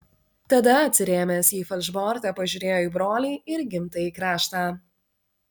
tada atsirėmęs į falšbortą pažiūrėjo į brolį ir gimtąjį kraštą